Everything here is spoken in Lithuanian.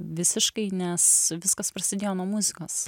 visiškai nes viskas prasidėjo nuo muzikos